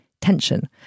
Tension